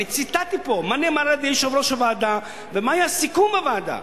אני ציטטתי פה מה נאמר על-ידי יושב-ראש הוועדה ומה היה הסיכום בוועדה.